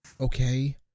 Okay